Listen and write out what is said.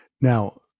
Now